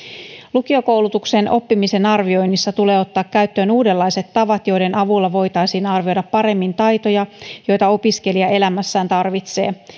lukiokoulutuksen oppimisen arvioinnissa tulee ottaa käyttöön uudenlaiset tavat joiden avulla voitaisiin arvioida paremmin taitoja joita opiskelija elämässään tarvitsee